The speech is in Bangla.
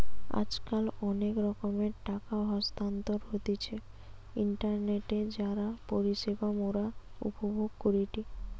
আজকাল অনেক রকমের টাকা স্থানান্তর হতিছে ইন্টারনেটে যার পরিষেবা মোরা উপভোগ করিটি